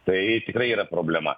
tai tikrai yra problema